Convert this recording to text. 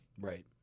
Right